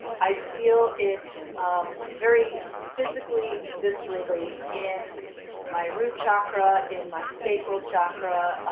i feel it very physically, viscerally in my root chakra, in my sacral chakra,